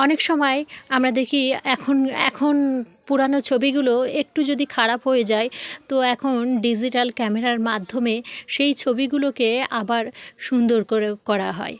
অনেক সময় আমরা দেখি এখন এখন পুরানো ছবিগুলো একটু যদি খারাপ হয়ে যায় তো এখন ডিজিটাল ক্যামেরার মাধ্যমে সেই ছবিগুলোকে আবার সুন্দর করেও করা হয়